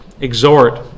exhort